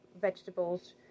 vegetables